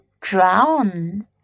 drown